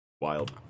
Wild